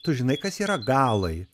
tu žinai kas yra galai